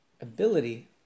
ability